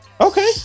Okay